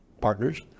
partners